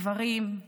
גברים,